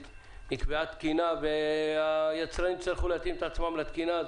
נקבעה תקינה והיצרנים יצטרכו להתאים את עצמם לתקינה,